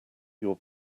your